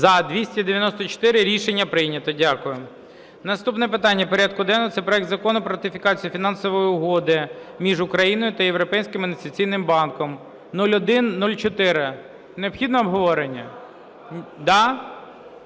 За-294 Рішення прийнято. Дякую. Наступне питання порядку денного – це проект Закону про ратифікацію Фінансової угоди між Україною та Європейським інвестиційним банком (0104). Необхідно обговорення?